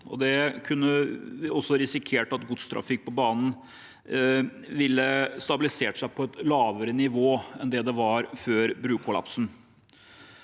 en kunne også risikert at godstrafikken på banen ville stabilisert seg på et lavere nivå enn før brukollapsen.